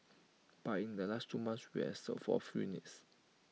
but in the last two months we have sold four units